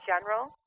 general